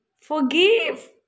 Forgive